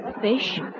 Fish